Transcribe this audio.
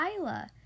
isla